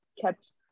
kept